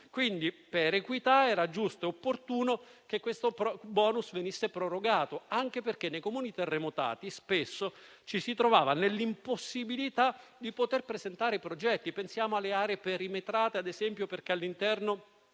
equità, dunque, era giusto e opportuno che questo *bonus* venisse prorogato, anche perché nei comuni terremotati spesso ci si trovava nell'impossibilità di poter presentare i progetti. Pensiamo alle aree perimetrate perché all'interno